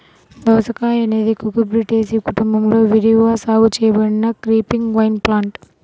దోసకాయఅనేది కుకుర్బిటేసి కుటుంబంలో విరివిగా సాగు చేయబడిన క్రీపింగ్ వైన్ప్లాంట్